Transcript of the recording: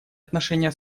отношения